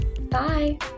Bye